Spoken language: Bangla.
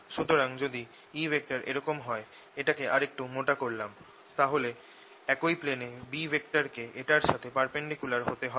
সুতরাং যদি E এরকম হয় এটাকে আরেকটু মোটা করলাম তাহলে একই প্লেনে B কে এটার সাথে পারপেন্ডিকুলার হতে হবে